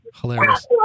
Hilarious